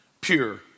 pure